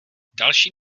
další